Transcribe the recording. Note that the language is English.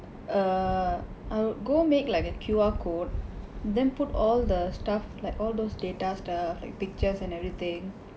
err I'll go make like a Q_R code then put all the stuff like all those data stuff like pictures and everything